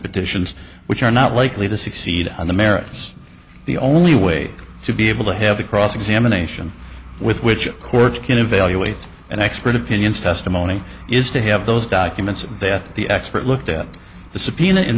petitions which are not likely to succeed on the merits the only way to be able to have the cross examination with which courts can evaluate an expert opinions testimony is to have those documents that the expert looked at the